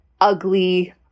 ugly